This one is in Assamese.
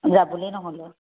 যাবলৈয়ে নহ'লে